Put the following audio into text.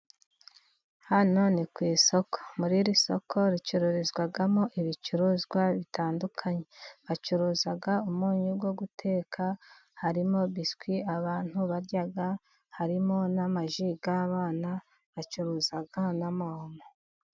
Hano ni ku isoko. Muri iri soko bacururizamo ibicuruzwa bitandukanye. Bacuruza umunyu wo guteka, harimo biswi abantu barya, harimo n'amaji y'abana, bacuruza n'amabombo.